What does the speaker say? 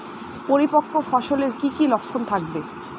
পরিপক্ক ফসলের কি কি লক্ষণ থাকবে?